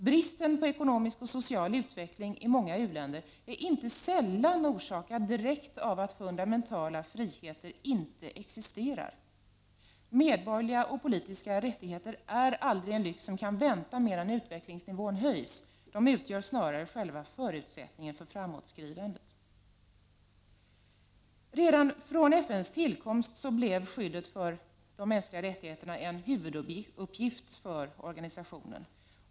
Bristen på ekonomisk och social utveckling i många u-länder är inte sällan orsakad direkt av att fundamentala friheter inte existerar. Medborgerliga och politiska rättigheter är aldrig en lyx som kan vänta medan utvecklingsnivån höjs — de utgör snarare själva förutsättningen för framåtskridandet. Redan från FN:s tillkomst blev skyddet för de mänskliga rättigheterna en huvuduppgift för organisationen.